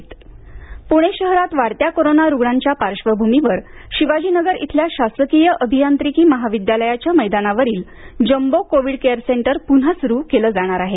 jumbo COVID Pune शहरात वाढत्या कोरोना रूग्णांच्या पार्श्वभूमीवर शिवाजीनगर इथल्या शासकीय अभियांत्रिकी महाविद्यालयाच्या मैदानावरील जम्बो कोवीड केअर सेंटर पुन्हा सुरू केलं जाणार आहे